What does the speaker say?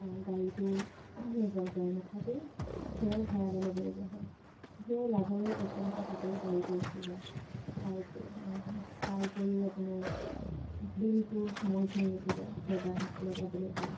গাড়ীটো নিজৰপৰাই নাথাকেই সেয়াও ভাড়ালৈ ল'বলগীয়া হয় সেয়াই লাভৰো এক অংক তাতেই গাড়ীতে গুচি যায় তাৰ তাৰ উপৰিও আপোনাৰ দিনটো সময়খিনি গুচি যায় বজাৰ হাট লৈ যাবলৈ হ'লে